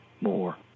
more